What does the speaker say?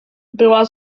była